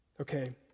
Okay